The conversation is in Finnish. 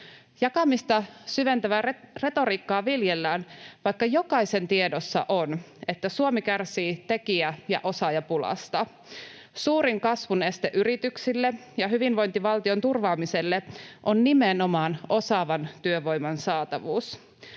Jakautumista syventävää retoriikkaa viljellään, vaikka jokaisen tiedossa on, että Suomi kärsii tekijä- ja osaajapulasta. Suurin kasvun este yrityksille ja hyvinvointivaltion turvaamiselle on nimenomaan osaavan työvoiman saatavuus.